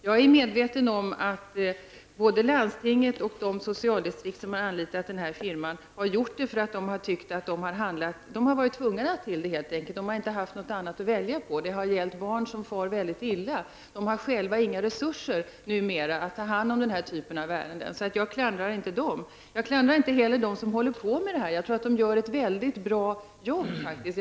Jag är medveten om att både landstinget och de socialdistrikt som har anlitat firman har gjort det därför att de helt enkelt tyckt att de har varit tvungna till det. De har inte haft något att välja på. Det har ju gällt barn som far väldigt illa. De har själva inga resurser numera att ta hand om denna typ av ärenden. Jag klandrar inte dem. Jag klandrar inte heller dem som håller på med denna verksamhet. Jag tror att de gör ett väldigt bra jobb, faktiskt.